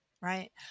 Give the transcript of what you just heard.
right